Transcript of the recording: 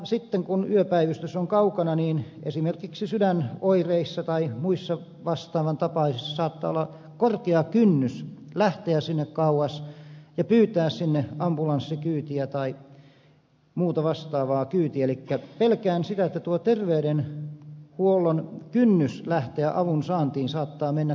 sitten kun yöpäivystys on kaukana niin esimerkiksi sydänoireissa tai muissa vastaavan tapaisissa saattaa olla korkea kynnys lähteä sinne kauas ja pyytää sinne ambulanssikyytiä tai muuta vastaavaa kyytiä elikkä pelkään sitä että tuo terveydenhuollon kynnys lähteä avunsaantiin saattaa mennä korkeaksi